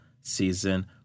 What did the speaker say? season